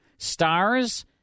stars